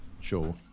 sure